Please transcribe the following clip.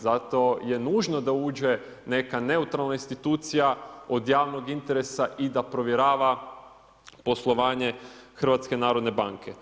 Zato je nužno da uđe neka neutralna institucija od javnog interesa i da provjerava poslovanje HNB.